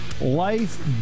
life